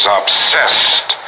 obsessed